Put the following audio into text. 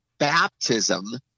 baptism